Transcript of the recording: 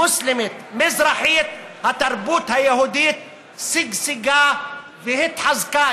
מוסלמית, מזרחית, התרבות היהודית שגשגה והתחזקה.